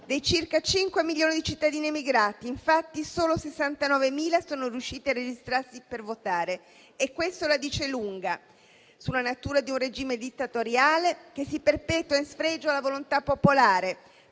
Dei circa 5 milioni di cittadini emigrati, infatti, solo 69.000 sono riusciti a registrarsi per votare e questo la dice lunga sulla natura di un regime dittatoriale che si perpetua in spregio alla volontà popolare,